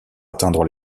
atteindre